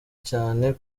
cyane